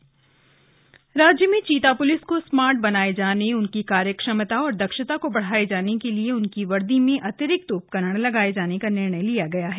चीता पुलिस राज्य में चीता प्लिस को स्मार्ट बनाये जाने उनकी कार्य क्षमता और दक्षता को बढ़ाये जाने के लिए उनकी वर्दी में अतिरिक्त उपकरण लगाये जाने का निर्णय लिया गया है